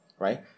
Right